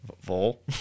Vol